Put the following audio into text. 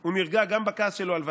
הוא נרגע גם בכעס שלו על ושתי,